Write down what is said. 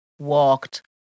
walked